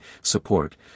support